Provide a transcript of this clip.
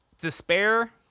despair